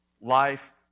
Life